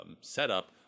setup